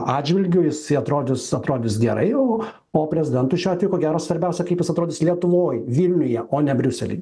atžvilgiu jis atrodys atrodys gerai o o prezidentui šiuo atveju ko gero svarbiausia kaip jis atrodys lietuvoj vilniuje o ne briusely